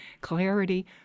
clarity